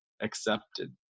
accepted